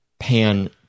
pan